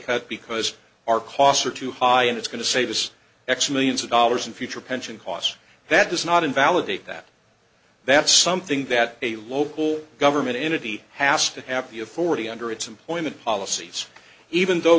cut because our costs are too high and it's going to save us x millions of dollars in future pension costs that does not invalidate that that's something that a local government entity hasta happy of forty under its employment policies even though